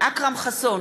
אכרם חסון,